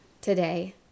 today